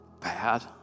bad